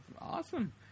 Awesome